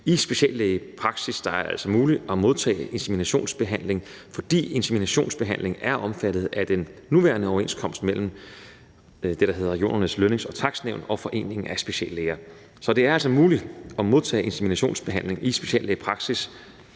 I speciallægepraksis er det altså muligt at modtage inseminationsbehandling, fordi inseminationsbehandling er omfattet af den nuværende overenskomst mellem det, der hedder Regionernes Lønnings- og Takstnævn, og Foreningen Af Speciallæger. Så det er altså muligt at modtage inseminationbehandling i speciallægepraksis